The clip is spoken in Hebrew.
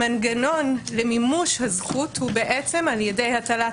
המנגנון למימוש הזכות הוא על ידי הטלת